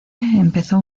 empezó